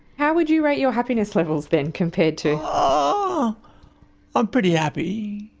how would you rate your happiness levels then, compared to? ah i'm pretty happy.